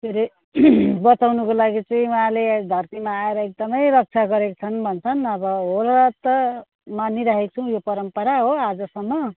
के अरे बचाउनुको लागि चाहिँ उहाँले धरतीमा आएर एकदम रक्षा गरेका छन् भन्छन् अब होला त मानिरहेको छौँ यो परम्परा हो आजसम्म